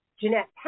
Jeanette